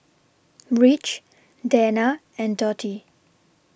Rich Dena and Dotty